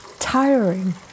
Tiring